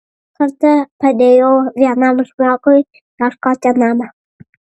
kartą padėjau vienam žmogui ieškoti namo